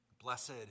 Blessed